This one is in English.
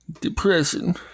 Depression